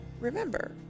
Remember